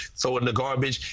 so it in the garbage.